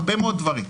הרבה מאוד דברים.